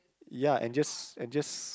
ya and just and just